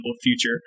future